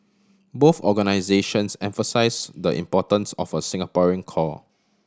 both organisations emphasise the importance of a Singaporean core